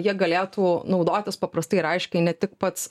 ja galėtų naudotis paprastai ir aiškiai ne tik pats